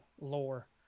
Lore